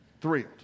Thrilled